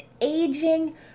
aging